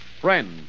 Friend